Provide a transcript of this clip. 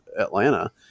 Atlanta